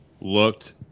looked